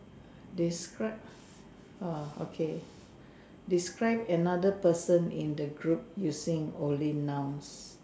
describe !wah! okay describe another person in the group using only nouns